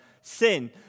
sin